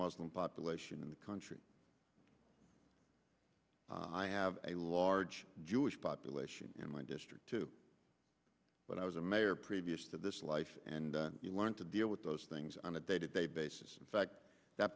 muslim population in the country i have a large jewish population in my district too but i was a mayor previous to this life and you learn to deal with those things on a day to day basis in fact that